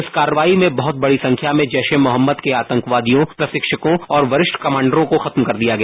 इस कार्रवाई में बहुत बड़ी संख्या में जैश ए मोहम्मद के आतंकवादियों प्रशिक्षकों और वरिष्ठ कमांडरों को खत्म कर दिया गया